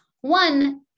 one